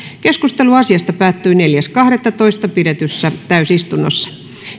keskustelu asiasta päättyi neljäs kahdettatoista kaksituhattakahdeksantoista pidetyssä täysistunnossa